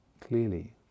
clearly